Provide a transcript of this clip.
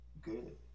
Good